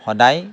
সদায়